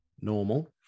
normal